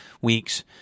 weeks